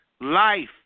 life